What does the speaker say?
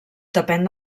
depèn